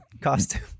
costume